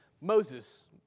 Moses